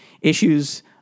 issues